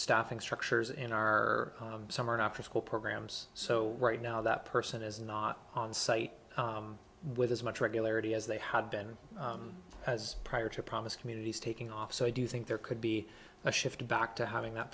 staffing structures in our summer and after school programs so right now that person is not on site with as much regularity as they had been as prior to promise communities taking off so i do think there could be a shift back to having